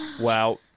Wow